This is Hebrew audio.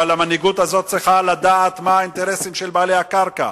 אבל המנהיגות הזאת צריכה לדעת מה האינטרסים של בעלי הקרקע.